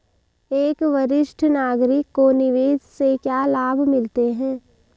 एक वरिष्ठ नागरिक को निवेश से क्या लाभ मिलते हैं?